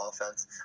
offense